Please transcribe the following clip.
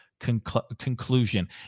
conclusion